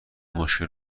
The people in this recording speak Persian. مشکل